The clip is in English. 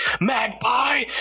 Magpie